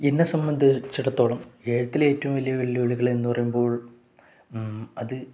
എന്നെ സംബന്ധിച്ചിടത്തോളം എഴുത്തിലെ ഏറ്റവും വലിയ വെല്ലുവിളികൾ എന്നു പറയുമ്പോൾ അത്